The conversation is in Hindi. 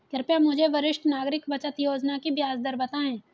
कृपया मुझे वरिष्ठ नागरिक बचत योजना की ब्याज दर बताएं